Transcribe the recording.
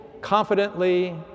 confidently